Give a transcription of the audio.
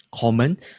Common